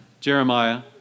Jeremiah